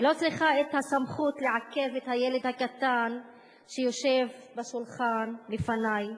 היא לא צריכה את הסמכות לעכב את הילד הקטן שיושב בשולחן לפני.